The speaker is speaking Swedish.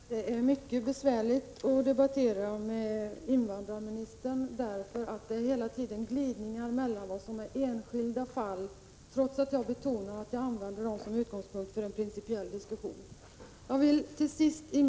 Herr talman! Det är mycket besvärligt att debattera med invandrarministern. Hela tiden förekommer glidningar mellan vad som hör till enskilda fall och vad som inte gör det, trots att jag betonar att jag använder de enskilda fallen som utgångspunkt för en principiell diskussion.